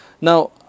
Now